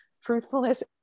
truthfulness